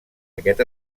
aquest